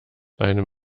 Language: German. einem